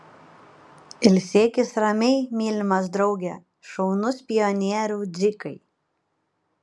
ilsėkis ramiai mylimas drauge šaunus pionieriau dzikai